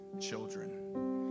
children